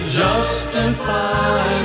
justify